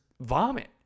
vomit